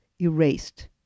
erased